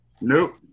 Nope